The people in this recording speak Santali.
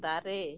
ᱫᱟᱨᱮ